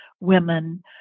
women